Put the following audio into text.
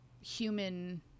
human